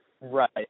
Right